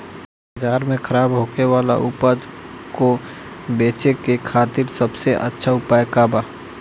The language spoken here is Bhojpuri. बाजार में खराब होखे वाला उपज को बेचे के खातिर सबसे अच्छा उपाय का बा?